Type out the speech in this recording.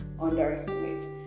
underestimate